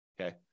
okay